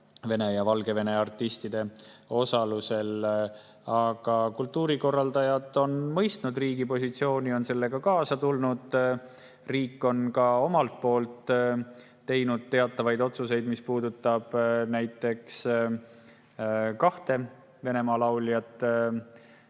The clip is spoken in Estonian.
Vene ja Valgevene artistide osalusel. Kultuurikorraldajad on mõistnud riigi positsiooni, nad on sellega kaasa tulnud. Riik on ka omalt poolt teinud teatavaid otsuseid, mis puudutab näiteks kaht Venemaa lauljat